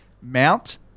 mount